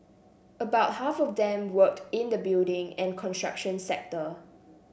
about half of them worked in the building and construction sector